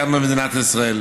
כאן במדינת ישראל.